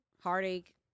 Heartache